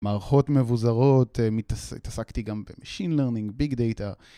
מערכות מבוזרות, התעסקתי גם במשין לרנינג, ביג דאטה.